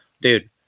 Dude